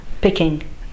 picking